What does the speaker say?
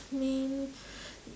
mean